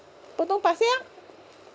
potong pasir ah